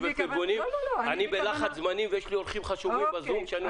אני בלחץ זמנים ויש לנו אורחים חשובים בזום.